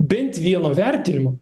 bent vieno vertinimo